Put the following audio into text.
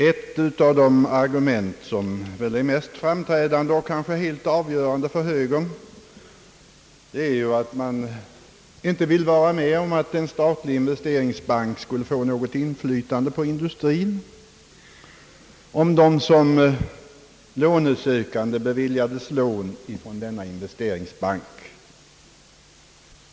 Ett av de argument som väl är mest framträdande och kanske helt avgörande för högern är att man inte vill vara med om att en statlig investeringsbank skall få något inflytande över industrin om företagen söker eller beviljas lån från investeringsbanken.